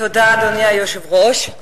תודה, אדוני היושב-ראש.